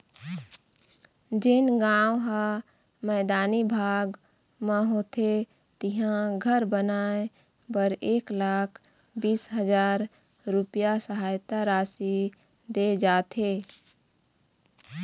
जेन गाँव ह मैदानी भाग म होथे तिहां घर बनाए बर एक लाख बीस हजार रूपिया सहायता राशि दे जाथे